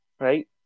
right